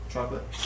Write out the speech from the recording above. Chocolate